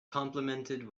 complimented